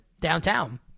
downtown